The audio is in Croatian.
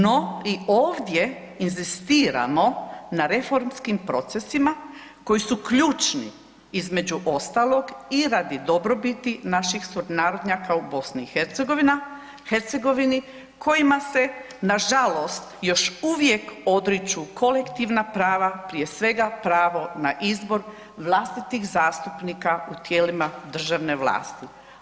No i ovdje inzistiramo na reformskim procesima koji su ključni između ostalog i radi dobrobiti naših sunarodnjaka u BiH kojima se na žalost još uvijek odriču kolektivna prava prije svega pravo na izbor vlastitih zastupnika u tijelima državne vlasti.